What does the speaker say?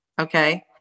Okay